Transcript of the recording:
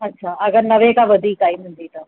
अच्छा अगरि नवें खां वधीक आयी मुंहिंजी त